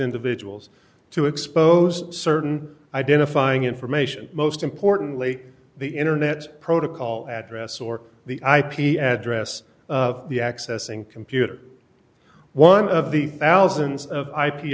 individuals to expose certain identifying information most importantly the internet protocol address or the ip address of the accessing computer one of the thousands of i